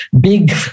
big